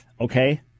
Okay